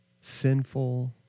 sinful